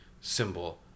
symbol